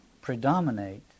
predominate